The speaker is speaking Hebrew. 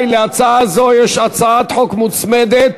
להצעה זאת יש הצעת חוק מוצמדת